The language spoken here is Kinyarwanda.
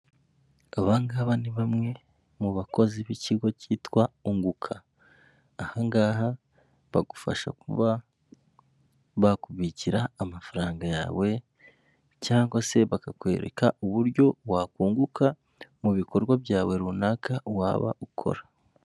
Abangaba ni bamwe mu bakozi b'ikigo cyitwa unguka ahangaha bagufasha kuba bakubikira amafaranga yawe cyangwa se bakakwereka uburyo wakunguka mu bikorwa byawe runaka waba ukora.